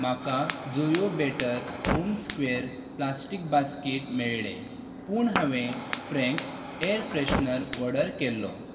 म्हाका जोयो better home square plastic basket मेळ्ळे पूण हांवें फ्रँक ऍर फ्रॅशनर ऑर्डर केल्लो